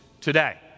today